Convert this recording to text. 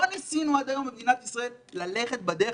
לא ניסינו עד היום במדינת ישראל ללכת בדרך